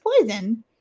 poison